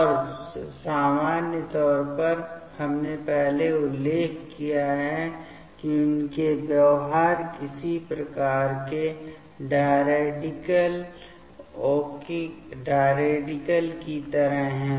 और सामान्य तौर पर हमने पहले उल्लेख किया है कि उनके व्यवहार किसी प्रकार के डायरैडिकल ओके की तरह हैं